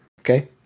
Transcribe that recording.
Okay